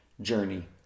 journey